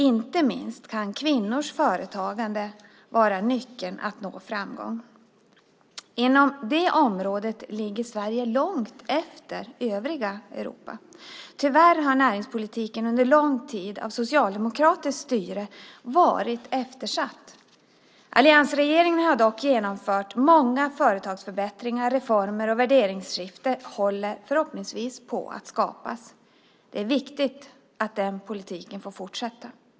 Inte minst kan kvinnors företagande vara en nyckel för att få framgång. Inom det området ligger Sverige långt efter övriga Europa. Tyvärr har näringspolitiken under lång tid av socialdemokratiskt styre varit eftersatt. Alliansregeringen har dock genomfört många företagsförbättrande reformer, och värderingsskifte håller förhoppningsvis på att ske. Det är viktigt att den politiken får fortsätta.